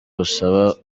busaba